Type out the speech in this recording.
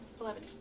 Eleven